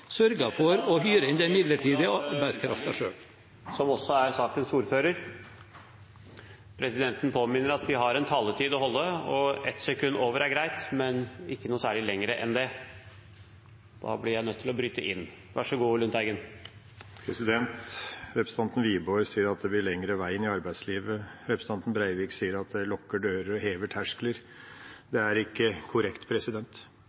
for … Neste taler er Per Olaf Lundteigen. Presidenten minner om at vi har en taletid å holde. Et sekund over er greit, men ikke noe særlig lenger enn det. Da blir presidenten nødt til å bryte inn. Representanten Wiborg sier at det blir lengre vei inn i arbeidslivet. Representanten Breivik sier at jeg lukker dører og hever terskler.